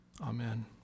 Amen